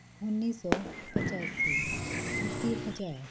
ਉੱਨੀ ਸੌ ਪਚਾਸੀ ਇੱਕੀ ਹਜ਼ਾਰ